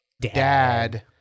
dad